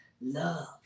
love